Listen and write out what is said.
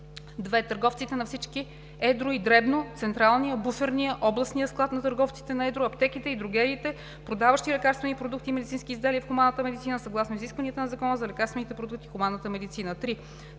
2. търговците на всички едро и дребно, централния, буферния, областния склад на търговците на едро, аптеките и дрогериите, продаващи лекарствени продукти и медицински изделия в хуманната медицина, съгласно изискванията на Закона за лекарствените продукти в хуманната медицина; 3.